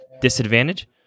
disadvantage